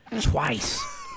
twice